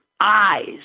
eyes